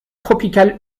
tropical